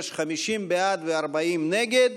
יש 50 בעד ו-40 נגד,